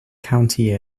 county